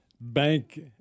bank